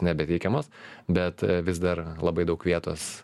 nebeteikiamos bet vis dar labai daug vietos